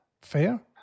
fair